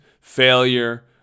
failure